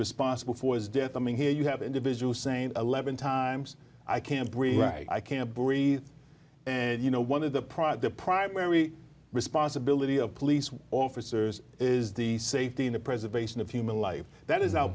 responsible for his death i mean here you have individuals saying eleven times i can't breathe i can't breathe and you know one of the pride the primary responsibility of police officers is the safety in the preservation of human life that is our